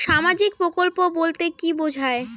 সামাজিক প্রকল্প বলতে কি বোঝায়?